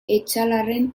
etxalarren